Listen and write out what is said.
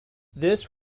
this